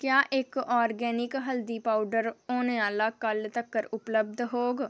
क्या इक आर्गेनिक हल्दी पौडर औने आह्ला कल्ल तक्कर उपलब्ध होग